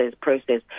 process